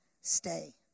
stay